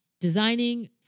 Designing